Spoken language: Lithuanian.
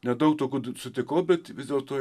nedaug tokių sutikau bet vis dėlto